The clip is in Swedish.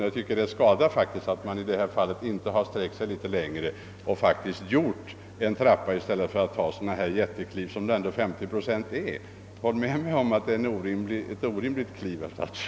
Jag tycker att det är skada att man i detta fall inte sträckt sig något längre och infört en avtrappad och med skatten synkroniserbar skala i stället för att föreslå ett sådant stort steg som 30 procents reduktion ändå innebär. Håll med om att det är ett orimligt högt kliv, herr statsråd!